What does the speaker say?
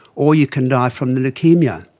or you can die from the leukaemia.